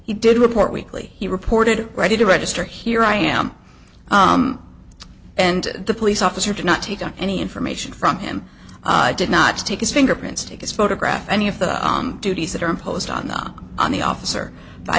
he did report weekly he reported ready to register here i am and the police officer did not take any information from him i did not take his fingerprints take his photograph or any of the duties that are imposed on the on the officer by